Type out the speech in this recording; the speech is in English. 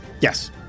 Yes